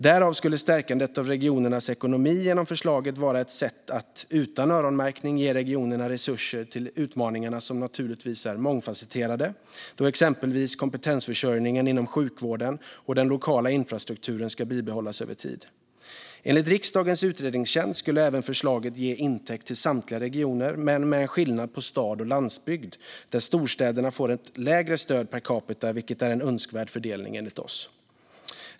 Därav skulle stärkandet av regionernas ekonomi genom förslaget vara ett sätt att, utan öronmärkning, ge regionerna resurser till utmaningarna, som naturligtvis är mångfasetterade då exempelvis kompetensförsörjningen inom sjukvården och den lokala infrastrukturen ska bibehållas över tid. Enligt riksdagens utredningstjänst skulle förslaget även ge intäkt till samtliga regioner men med en skillnad på stad och landsbygd där storstäderna får ett lägre stöd per capita, vilket enligt oss är en önskvärd fördelning.